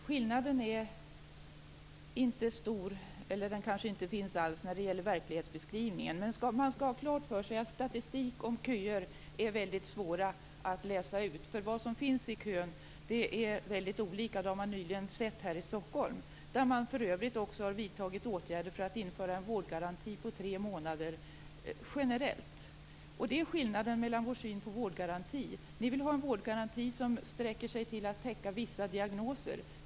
Herr talman! Skillnaden i fråga om verklighetsbeskrivning är inte stor - den kanske inte finns alls. Man skall ha klart för sig att statistik om köer är väldigt svår att läsa ut. Vilka som finns i kön är väldigt olika, det har man nyligen sett här i Stockholm, där man för övrigt också har vidtagit åtgärder för att införa en vårdgaranti på tre månader generellt. Det är skillnaden mellan vår och er syn på vårdgaranti. Ni vill ha en vårdgaranti som sträcker sig till att täcka vissa diagnoser.